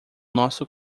nosso